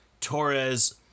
Torres